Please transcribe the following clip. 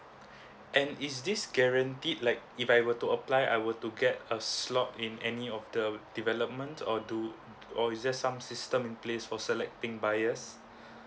and is this guaranteed like if I were to apply I were to get a slot in any of the development or do or is just some system in place for selecting buyers